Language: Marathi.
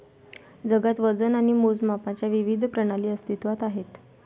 जगात वजन आणि मोजमापांच्या विविध प्रणाली अस्तित्त्वात आहेत